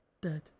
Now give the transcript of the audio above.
Dead